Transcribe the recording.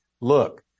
look